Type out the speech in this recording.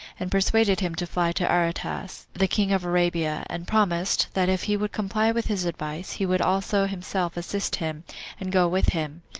and persuaded him to fly to aretas, the king of arabia and promised, that if he would comply with his advice, he would also himself assist him and go with him.